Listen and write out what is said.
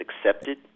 accepted